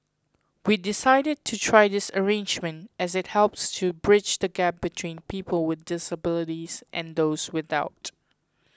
we decided to try this arrangement as it helps to bridge the gap between people with disabilities and those without